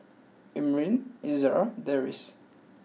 Amrin Izara and Deris